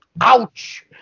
Ouch